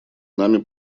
нами